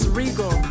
regal